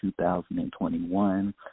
2021